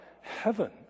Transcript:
heaven